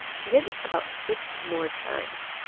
she did it about six more times.